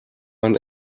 ein